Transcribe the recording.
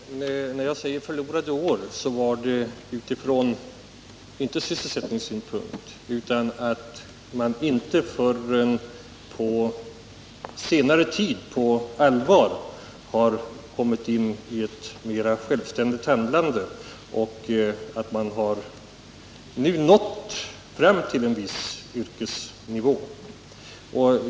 Herr talman! När jag talade om förlorade år menade jag inte förlorade år sett från sysselsättningssynpunkt, utan jag menade att det är först på senare tid som man på allvar har kommit in i ett mera självständigt handlande och att man nu har nått fram till en god yrkeskunskap.